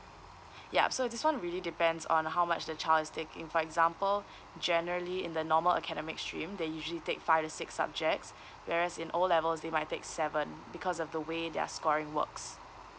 ya so this one really depends on how much the child is taking for example generally in the normal academic stream they usually take five to six subjects whereas in O levels they might take seven because of the way their scoring works